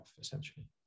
essentially